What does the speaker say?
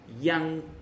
young